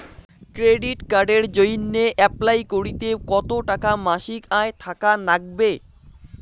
Credit কার্ডের জইন্যে apply করিতে কতো টাকা মাসিক আয় থাকা নাগবে?